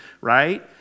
right